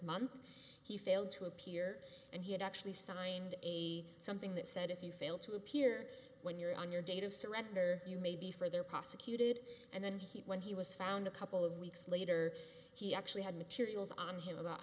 month he failed to appear and he had actually signed a something that said if you fail to appear when you're on your date of surrender you may be for their prosecuted and then he when he was found a couple of weeks later he actually had materials on him about